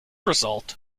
result